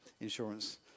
insurance